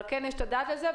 אבל כן אתן את הדעת על זה.